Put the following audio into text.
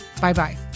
Bye-bye